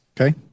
Okay